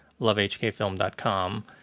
lovehkfilm.com